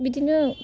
बिदिनो